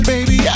Baby